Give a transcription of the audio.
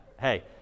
Hey